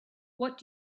what